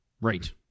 Right